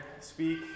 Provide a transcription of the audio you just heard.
speak